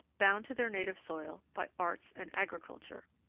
bound to their native soil by arts and agriculture.